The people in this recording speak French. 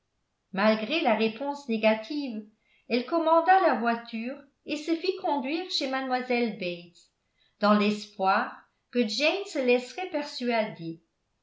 malgré la réponse négative elle commanda la voiture et se fit conduire chez mlle bates dans l'espoir que jane se laisserait persuader